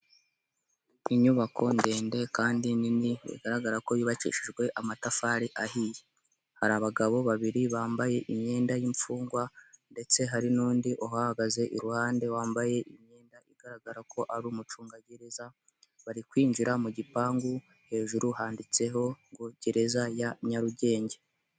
Inyubako ndende kandi nini bigaragara ko yubakishijwe amatafari ahiye, hari abagabo babiri bambaye imyenda y'imfungwa ndetse hari n'undi uhagaze iruhande wambaye imyenda igaragara ko ari umucungagereza bari kwinjira mu gipangu hejuru handitseho ngo gereza ya nyarugenge.